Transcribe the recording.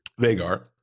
Vagar